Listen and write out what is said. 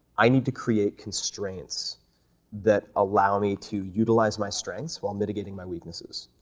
i need to create constraints that allow me to utilize my strengths while mitigating my weaknesses.